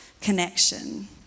connection